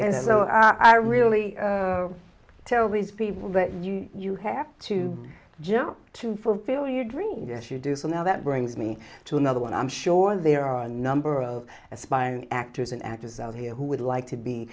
and so i really tell these people that you you have to jump to fulfill your dream yes you do so now that brings me to another one i'm sure there are a number of aspiring actors and actors of you who would like to be